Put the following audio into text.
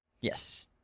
Yes